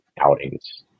outings